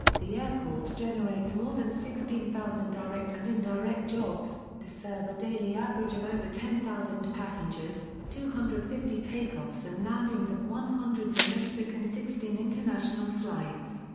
the airport generates more than sixteen thousand direct and indirect jobs, to serve a daily average of over ten thousand passengers, two hundred and fifty takeoffs and landings of one hundred domestic and sixteen international flights.